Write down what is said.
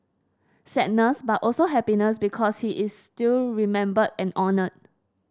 sadness but also happiness because he is still remembered and honoured